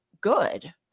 good